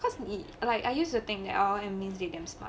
cause he like I used to think that all and rhythms